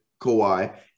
Kawhi